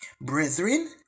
Brethren